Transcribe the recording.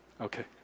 Okay